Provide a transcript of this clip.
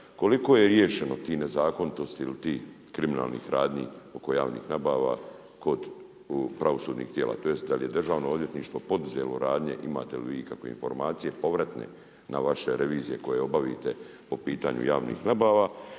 koliko je riješeno tih nezakonitosti ili tih kriminalni radnji oko javnih nabava kod pravosudnih tijela. Tj. da li je Državno odvjetništvo poduzelo radnje, imate li vi ikakve informacije, povratne na vaše revizije koje obavite po pitanju javnih nabavu?